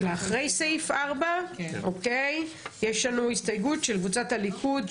סעיף 13 הסתייגות של קבוצת הליכוד,